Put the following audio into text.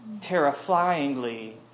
terrifyingly